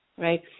Right